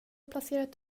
placerat